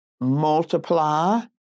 multiply